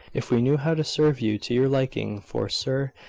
if we knew how to serve you to your liking for, sir,